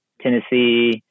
tennessee